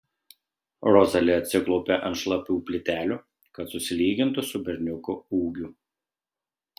rozali atsiklaupia ant šlapių plytelių kad susilygintų su berniuku ūgiu